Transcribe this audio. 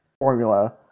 formula